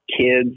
kids